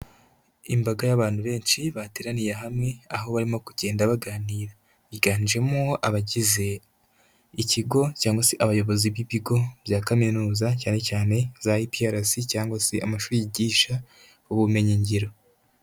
Imbaga y'abantu benshi bateraniye hamwe, aho barimo kugenda baganira; biganjemo abagize ikigo cyangwa se abayobozi b'ibigo bya kaminuza cyane cyane za IPRC cyangwa se amashuri yigisha ubumenyi ngiro.